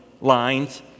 lines